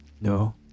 No